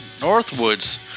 Northwoods